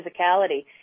physicality